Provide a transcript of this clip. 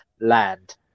land